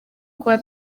kuba